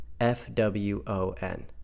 F-W-O-N